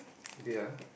okay ya